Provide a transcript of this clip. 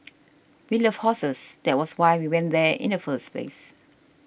we love horses that was why we went there in the first place